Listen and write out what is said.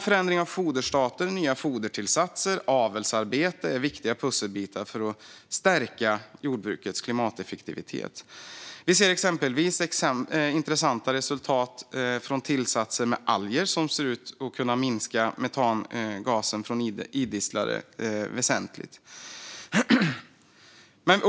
Förändring av foderstaten, nya fodertillsatser och avelsarbete är viktiga pusselbitar för att stärka jordbrukets klimateffektivitet. Vi ser exempelvis intressanta resultat från tillsatser med alger, vilket ser ut att kunna minska metangasen från idisslare väsentligt.